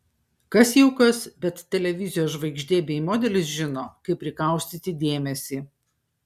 kas jau kas bet televizijos žvaigždė bei modelis žino kaip prikaustyti dėmesį